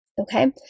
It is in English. okay